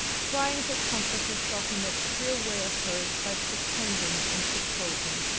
trying to comfort herself in that queer way of hers by pretending and supposing,